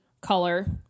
color